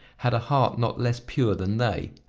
had a heart not less pure than they?